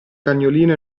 cagnolino